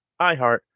iHeart